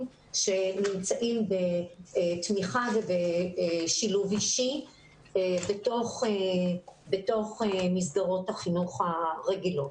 שנמצאים בתמיכה ובשילוב אישי בתוך מסגרות החינוך הרגילות.